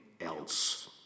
else